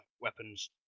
weapons